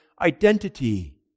identity